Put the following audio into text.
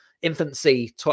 infancy